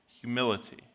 humility